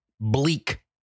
bleak